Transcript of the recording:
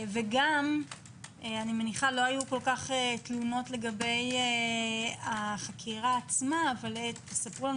וגם אני מניחה שלא היו כל כך תלונות על החקירה עצמה אבל ספרו לנו